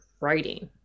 writing